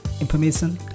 information